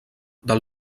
del